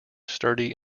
sturdy